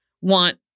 want